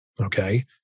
Okay